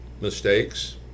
mistakes